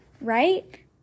Right